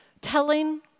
telling